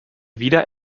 wieder